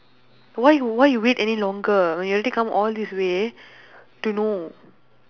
why you why you wait any longer when you already come all this way to know